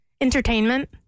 Entertainment